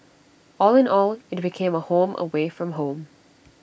all in all IT became A home away from home